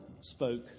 spoke